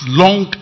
long